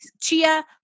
chia